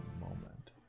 moment